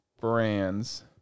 brands